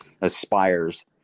aspires